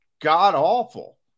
god-awful